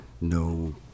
No